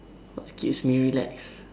what keeps me relax